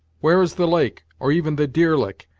where is the lake, or even the deer lick,